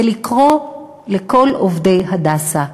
ולקרוא לכל עובדי "הדסה"